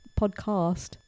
podcast